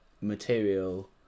material